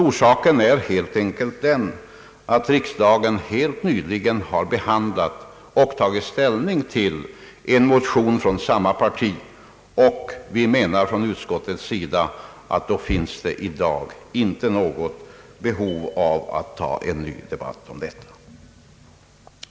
Orsaken är helt den att riksdagen alldeles nyligen har behandlat och tagit ställning till en sådan motion från samma parti. Från utskottets sida menar vi att det därför inte finns behov av en ny debatt om detta.